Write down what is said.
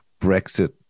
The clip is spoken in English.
Brexit